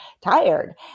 tired